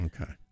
okay